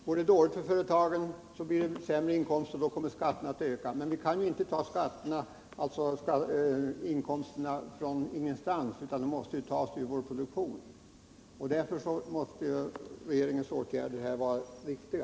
Går det dåligt för företagen får samhället mindre inkomster och skatterna ökar. Men inkomsterna kan inte tas från ingenstans, utan de måste tas ur vår produktion. Därför måste regeringens åtgärder vara riktiga.